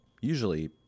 usually